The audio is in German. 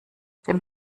dem